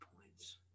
points